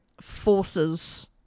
forces